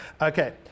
Okay